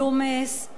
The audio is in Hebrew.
ג'ומס.